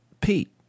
Pete